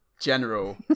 General